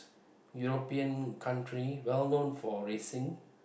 European country well known for racing